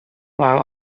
while